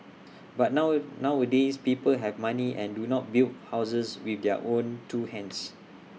but now nowadays people have money and do not build houses with their own two hands